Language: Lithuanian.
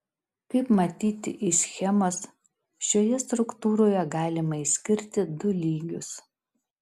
kaip matyti iš schemos šioje struktūroje galima išskirti du lygius